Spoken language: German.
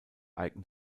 eignen